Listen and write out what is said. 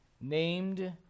named